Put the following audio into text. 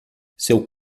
seu